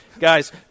Guys